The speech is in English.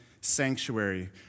sanctuary